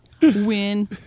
Win